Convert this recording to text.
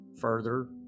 further